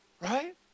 right